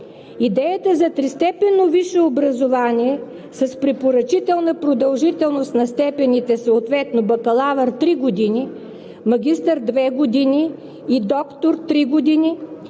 Идеята за тристепенно висше образование с препоръчителна продължителност на степените, съответно „бакалавър“ – три години, „магистър“ – две години, и „доктор“ – три години,